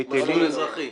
מסלול אזרחי.